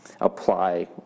apply